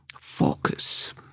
focus